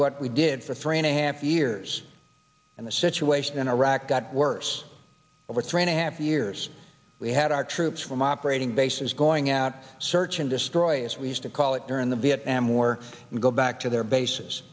what we did for three and a half years and the situation in iraq got worse over three and a half years we had our troops from operating bases going out search and destroy as we used to call it during the vietnam war we go back to their bases